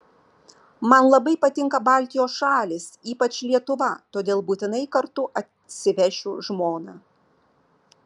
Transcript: man labai patinka baltijos šalys ypač lietuva todėl būtinai kartu atsivešiu žmoną